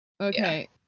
Okay